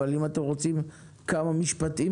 אבל אם אתם רוצים לומר כמה משפטים,